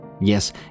yes